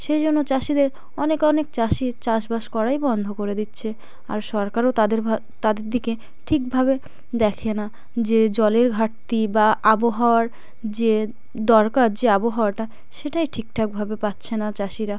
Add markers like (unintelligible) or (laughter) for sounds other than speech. সেই জন্য চাষিদের অনেক অনেক চাষি চাষবাস করাই বন্ধ করে দিচ্ছে আর সরকারও তাদের (unintelligible) তাদের দিকে ঠিকভাবে দেখে না যে জলের ঘাটতি বা আবহাওয়ার যে দরকার যে আবহাওয়াটা সেটাই ঠিকঠাকভাবে পাচ্ছে না চাষিরা